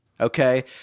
okay